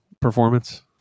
performance